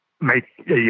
make